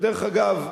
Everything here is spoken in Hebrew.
ודרך אגב,